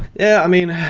yeah. i mean,